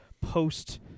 post